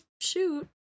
shoot